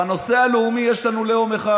בנושא הלאומי יש לנו לאום אחד,